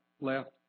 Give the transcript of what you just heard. left